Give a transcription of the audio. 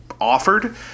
offered